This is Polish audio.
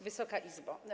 Wysoka Izbo!